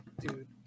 Dude